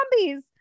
zombies